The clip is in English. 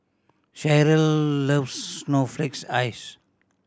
Cheryl loves snowflake ice